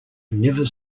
never